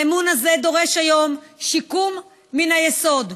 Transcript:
האמון הזה דורש היום שיקום מן היסוד.